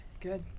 good